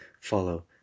follow